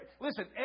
listen